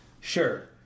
Sure